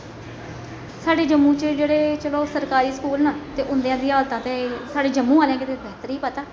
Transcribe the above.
साढ़े जम्मू च जेह्ड़े सरकारी चलो स्कूल न उं'दी बी हालतां ते साढ़े जम्मू आह्लें गी ते बेहतरी पता ऐ